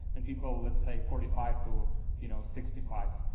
then people let's say forty five to you know sixty five.